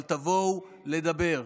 אבל תבואו לדבר.